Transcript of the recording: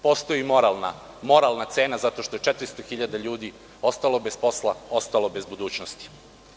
Postoji moralna cena zato što je 400.000 ljudi ostalo bez posla, ostalo bez budućnosti.